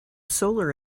solar